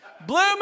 Blue